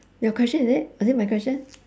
your question is it or is it my question